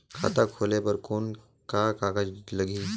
खाता खोले बर कौन का कागज लगही?